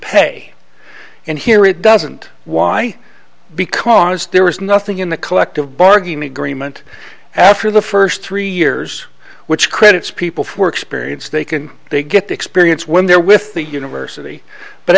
pay and here it doesn't why because there was nothing in the collective bargaining agreement after the first three years which critics people for experience they could get the experience when they're with the university but